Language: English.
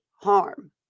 harm